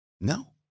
No